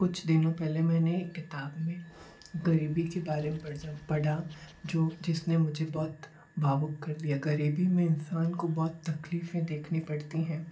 कुछ दिनों पहले मैंने एक किताब में ग़रीबी के बारे में परधा पढ़ा जो जिसने मुझे बहुत भावुक कर दिया ग़रीबी में इंसान को बुत तकलीफ़ें देखनी पड़ती है